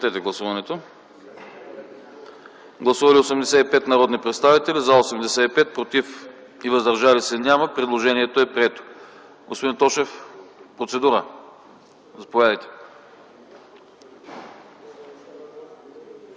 предложение. Гласували 85 народни представители: за 85, против няма, въздържали се няма. Предложението е прието. Господин Тошев – процедура. Заповядайте.